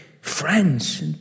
friends